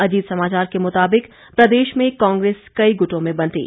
अजीत समाचार के मुताबिक प्रदेश में कांग्रेस कई गुटों में बंटी